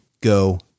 go